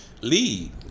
lead